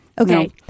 okay